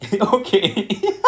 Okay